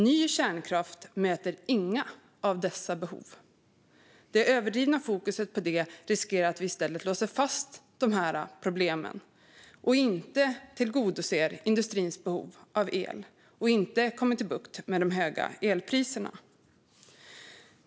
Ny kärnkraft möter inga av dessa behov. Det överdrivna fokuset på detta gör att vi i stället riskerar att låsa fast problemen och inte kan tillgodose industrins behov av el eller få bukt med de höga elpriserna.